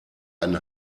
ein